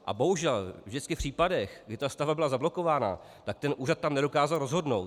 A bohužel vždycky v případech, kdy stavba byla zablokována, tak ten úřad tam nedokázal rozhodnout.